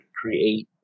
create